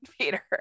peter